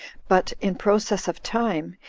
but, in process of time,